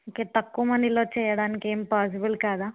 ఇంక తక్కువ మనీలో చేయడానికి ఏం పాసిబుల్ కాదా